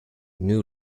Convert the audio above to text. new